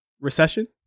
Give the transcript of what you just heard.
recession